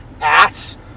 ass